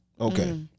Okay